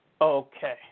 Okay